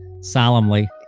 solemnly